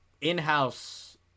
in-house